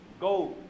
go